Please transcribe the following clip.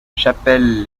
chapelle